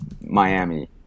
Miami